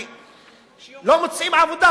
כי לא מוצאים עבודה,